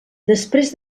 després